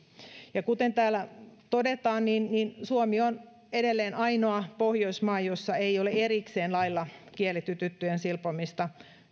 kuten täällä todetaan niin niin suomi on edelleen ainoa pohjoismaa jossa ei ole erikseen lailla kielletty tyttöjen silpomista